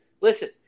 listen